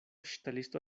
ŝtelisto